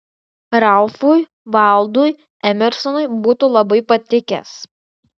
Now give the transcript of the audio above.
ralfui valdui emersonui būtų labai patikęs